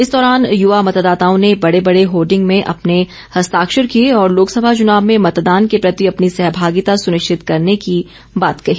इस दौरान युवा मतदाताओं ने बड़े बड़े होर्डिंग में अपने हस्ताक्षर किए और लोकसभा चुनाव में मतदान के प्रति अपनी सहभागिता सुनिश्चित करने की बात कही